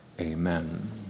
amen